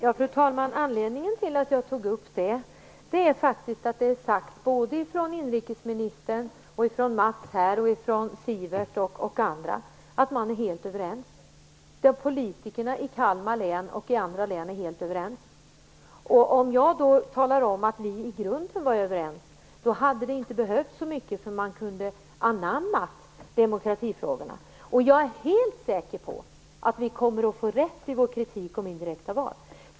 Fru talman! Anledningen till att jag tog upp det är att det har sagts från både inrikesministern, Mats Berglind, Sivert Carlsson och andra att man är helt överens. Politikerna i Kalmar län och i andra län är helt överens. Jag kan då tala om att även vi kristdemokrater i grunden var överens, så det hade inte behövts så stora eftergifter. Man kunde ha anammat demokratifrågorna. Jag är helt säker på att vi kommer att få rätt i vår kritik mot indirekta val.